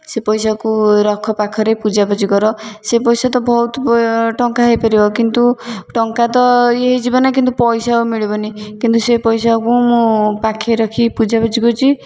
ସେ ପଇସାକୁ ରଖ ପାଖରେ ପୂଜାପୂଜି କର ସେ ପଇସା ତ ବହୁତ ଟଙ୍କା ହେଇପାରିବ କିନ୍ତୁ ଟଙ୍କା ତ ଇଏ ହେଇଯିବ ନା କିନ୍ତୁ ପଇସା ଆଉ ମିଳିବନି କିନ୍ତୁ ସେ ପଇସାକୁ ମୁଁ ପାଖେରେ ରଖିକି ପୂଜାପୂଜି କରୁଛି